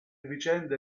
vicende